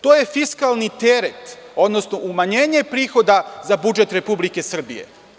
To je fiskalni teret, odnosno umanjenje prihoda za budžet Republike Srbije.